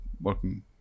working